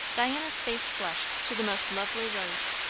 diana's face flushed to the most lovely rose.